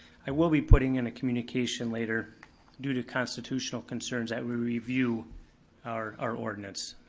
i will be putting in a communication later due to constitutional concerns that we review our our ordinance.